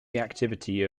reactivity